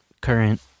current